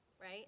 Right